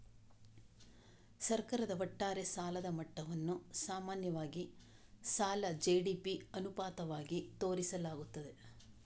ಸರ್ಕಾರದ ಒಟ್ಟಾರೆ ಸಾಲದ ಮಟ್ಟವನ್ನು ಸಾಮಾನ್ಯವಾಗಿ ಸಾಲ ಜಿ.ಡಿ.ಪಿ ಅನುಪಾತವಾಗಿ ತೋರಿಸಲಾಗುತ್ತದೆ